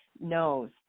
knows